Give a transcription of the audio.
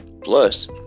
Plus